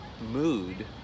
mood